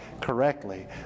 correctly